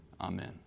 Amen